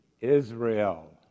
Israel